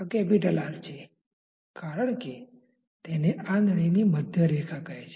આ R છે કારણ કે તેને આ નળીની મધ્ય રેખા કહે છે